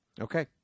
Okay